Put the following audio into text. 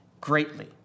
greatly